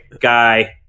guy